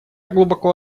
глубоко